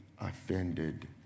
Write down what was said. offended